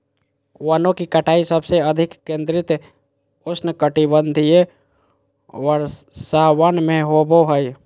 वनों की कटाई सबसे अधिक केंद्रित उष्णकटिबंधीय वर्षावन में होबो हइ